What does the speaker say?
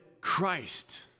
Christ